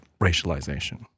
racialization